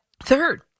Third